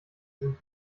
sind